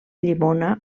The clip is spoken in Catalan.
llimona